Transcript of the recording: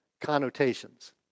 connotations